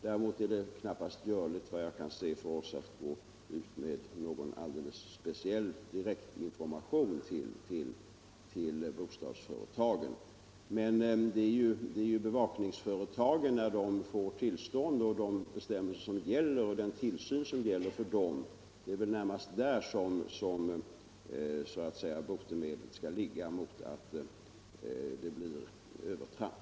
Däremot är det knappast görligt för oss att gå ut med någon speciell direktinformation till bostadsföretagen. Det är närmast de myndigheter som beviljar bevakningsföretagen tillstånd och som har att utöva tillsynen över att de följer gällande bestämmelser som skall se till att det inte sker några övertramp.